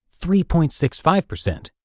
3.65%